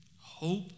hope